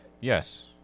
Yes